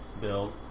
build